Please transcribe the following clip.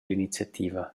l’iniziativa